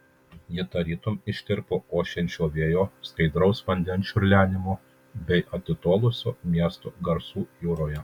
ji tarytum ištirpo ošiančio vėjo skaidraus vandens čiurlenimo bei atitolusio miesto garsų jūroje